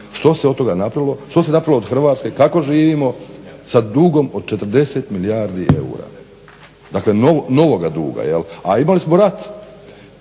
Što se od toga napravilo, što se napravilo od Hrvatske? Kako živimo sa dugom od 40 milijardi eura, novoga duga? A imali smo rat